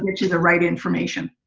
get you the right information.